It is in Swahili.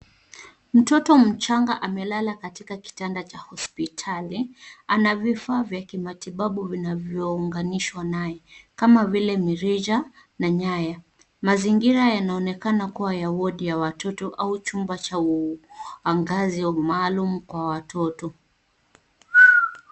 Mtoto mchanga amelala katika kitanda cha hospitali. Wanavifaa vya kimatibabu vinavyo unganishwa naye kama vile mirija na nyaya. Mazingira yanaonekana kuwa ya wodi ya watoto au chumba cha uangazi au maalum cha watoto.